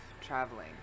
traveling